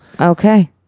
Okay